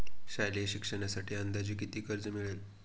शालेय शिक्षणासाठी अंदाजे किती कर्ज मिळेल?